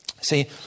See